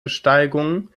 besteigung